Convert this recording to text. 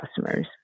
customers